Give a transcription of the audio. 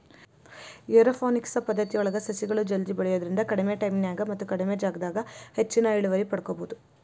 aeroponics ಪದ್ದತಿಯೊಳಗ ಸಸಿಗಳು ಜಲ್ದಿ ಬೆಳಿಯೋದ್ರಿಂದ ಕಡಿಮಿ ಟೈಮಿನ್ಯಾಗ ಮತ್ತ ಕಡಿಮಿ ಜಗದಾಗ ಹೆಚ್ಚಿನ ಇಳುವರಿ ಪಡ್ಕೋಬೋದು